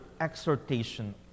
exhortation